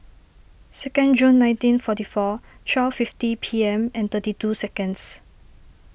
second June nineteen forty four twelve fifty P M and thirty two seconds